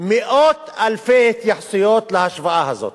מאות אלפי התייחסויות להשוואה הזאת.